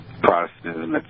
Protestantism